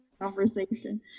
conversation